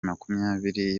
makumyabiri